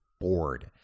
bored